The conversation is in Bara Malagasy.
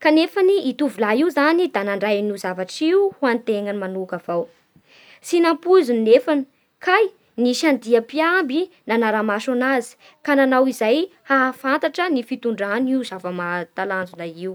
kanefany io tovolahy io nandray an'io zavatra io ho an'ny tenany manoka avao Tsy nampoiziny nefa kay nisy andia mpiamby ananara-maso anazy ka nanao izay hahafantatra ny fitondrany io zava-mahatalanjona io